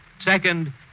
Second